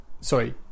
sorry